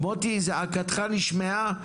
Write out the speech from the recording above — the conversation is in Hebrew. מוטי, זעקתך נשמעה,